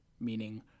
meaning